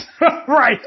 right